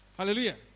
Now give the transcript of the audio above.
hallelujah